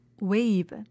wave